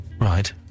Right